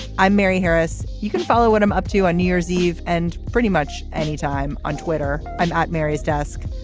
i'm mary harris. you can follow what i'm up to on new year's eve and pretty much any time on twitter. i'm at mary's desk.